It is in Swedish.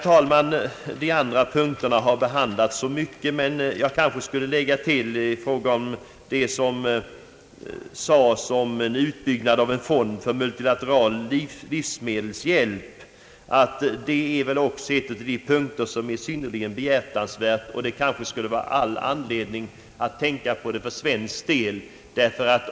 Herr talman! Uibyggnad av en fond för multilateral livsmedelshjälp är väl också en av de punkter, som är synnerligen behjärtansvärda, och det kanske skulle vara all anledning att tänka på detta för svensk del.